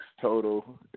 total